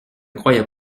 croyait